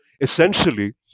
essentially